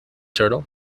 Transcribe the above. turtle